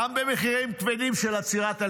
גם במחירים כבדים של עצירת הלחימה.